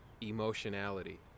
emotionality